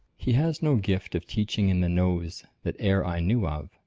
he has no gift of teaching in the nose that e'er i knew of.